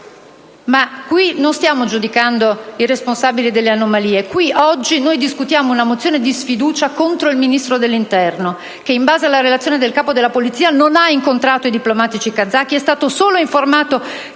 Ma qui non stiamo giudicando i responsabili delle anomalie; qui, oggi, noi discutiamo una mozione di sfiducia contro il ministro dell'Interno, che in base alla relazione del Capo della Polizia, non ha incontrato i diplomatici kazaki, ma è stato solo informato